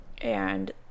and-